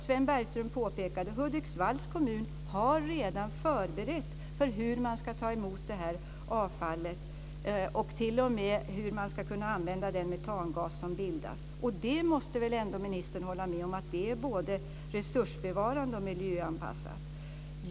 Sven Bergström påpekade att Hudiksvalls kommun har redan förberett för hur avfallet ska tas emot och t.o.m. för att använda den metangas som bildas. Där måste ministern ändå hålla med om att det är resursbevarande och miljöanpassat.